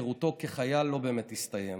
שירותו כחייל לא באמת הסתיים.